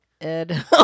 Ed